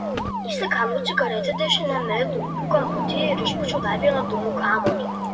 įsikandau cigaretę dešiniame lūpų kamputyje ir išpūčiau dar vieną dūmų kamuolį